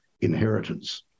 inheritance